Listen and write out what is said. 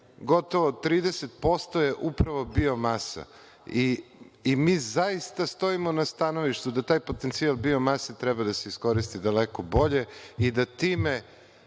gotovo 30% je upravo bio biomasa. Mi zaista stojimo na stanovištu da taj potencijal biomase treba da se iskoristi daleko bolje i da time,